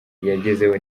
yagezeho